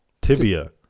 Tibia